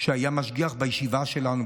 שהיה משגיח בישיבה שלנו,